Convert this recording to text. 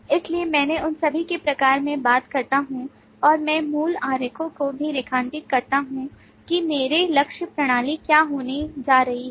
इसलिए मैं उन सभी के बारे में बात करता हूं और मैं मूल आरेखों को भी रेखांकित करता हूं कि मेरी लक्ष्य प्रणाली क्या होने जा रही है